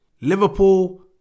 Liverpool